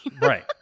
Right